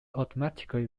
automatically